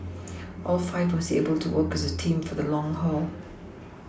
all five must be able to work as a team for the long haul